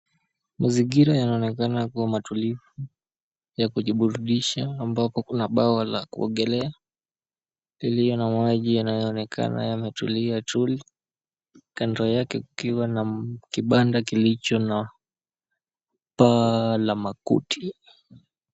Mazingira yanaonekana kuwa matulivu ya kujiburudisha ambapo kuna bwawa la kuogelea iliyo na maji yanayoonekana yametulia tuli. Kando yake kukiwa na kibanda kilicho na paa la makuti.